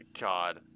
God